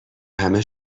همه